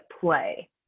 play